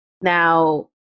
Now